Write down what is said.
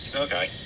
Okay